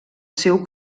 seu